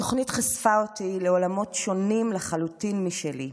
התוכנית חשפה אותי לעולמות שונים לחלוטין משלי,